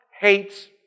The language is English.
hates